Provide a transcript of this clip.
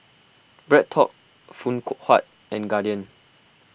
BreadTalk Phoon koo Huat and Guardian